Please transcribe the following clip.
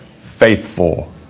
faithful